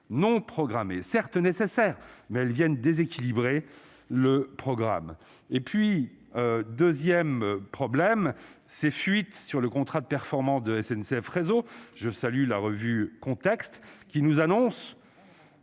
non programmés, certes nécessaires mais elles viennent déséquilibrer le programme et puis 2ème. Problème : ces fuites sur le contrat de performance de SNCF, réseau je salue la revue contexte qui nous annonce.